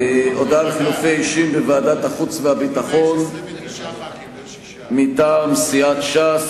הודעה על חילופי אישים בוועדת החוץ והביטחון: מטעם סיעת ש"ס,